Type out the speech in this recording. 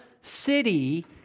city